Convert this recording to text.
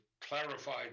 clarified